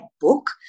book